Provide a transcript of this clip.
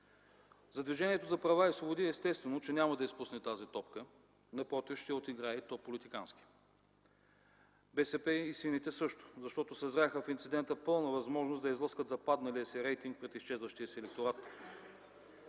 Движението за права и свободи естествено че няма да изпусне тази топка, напротив, ще я отиграе, и то политикански. БСП и сините – също, защото съзряха в инцидента пълна възможност да излъскат западналия си рейтинг пред изчезващия си електорат.